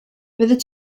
fyddet